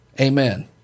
Amen